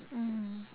mm